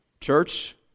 Church